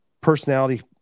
personality